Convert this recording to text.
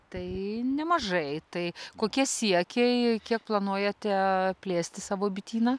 tai nemažai tai kokie siekiai kiek planuojate plėsti savo bityną